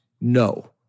no